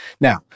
Now